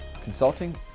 consulting